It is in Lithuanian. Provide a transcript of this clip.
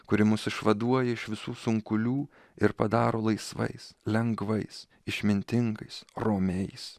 kuri mus išvaduoja iš visų sunkulių ir padaro laisvais lengvais išmintingais romiais